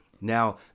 Now